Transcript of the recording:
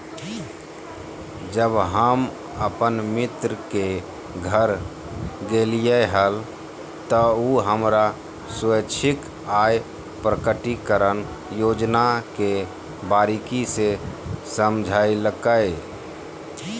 जब हम अपन मित्र के घर गेलिये हल, त उ हमरा स्वैच्छिक आय प्रकटिकरण योजना के बारीकि से समझयलकय